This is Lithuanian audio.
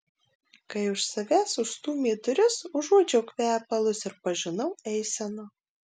kai už savęs užstūmė duris užuodžiau kvepalus ir pažinau eiseną